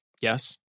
Yes